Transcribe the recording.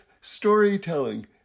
storytelling